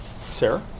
Sarah